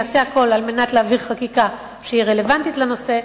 נעשה הכול על מנת להעביר חקיקה שהיא רלוונטית לנושא,